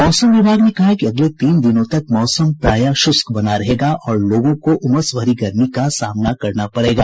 मौसम विभाग ने कहा है कि अगले तीन दिनों तक मौसम प्रायः शुष्क बना रहेगा और लोगों को उमस भरी गर्मी का सामना करना पड़ेगा